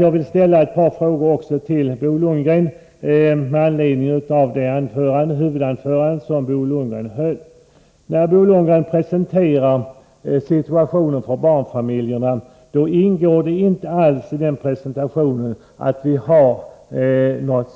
Jag vill ställa ett par frågor till Bo Lundgren med anledning av det anförande som Bo Lundgren höll. När Bo Lundgren presenterade situationen för barnfamiljerna, ingick där inte alls någonting